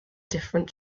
different